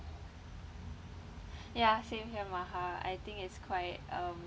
ya same here maha I think it's quite um